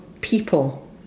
people